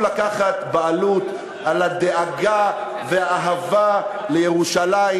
לקחת בעלות על הדאגה והאהבה לירושלים,